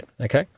Okay